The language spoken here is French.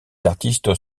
artistes